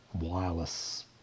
wireless